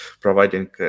providing